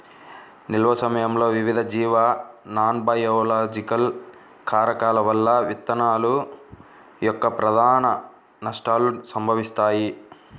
నిల్వ సమయంలో వివిధ జీవ నాన్బయోలాజికల్ కారకాల వల్ల విత్తనాల యొక్క ప్రధాన నష్టాలు సంభవిస్తాయి